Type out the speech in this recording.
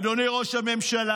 אדוני ראש הממשלה,